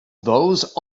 those